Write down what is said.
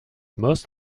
most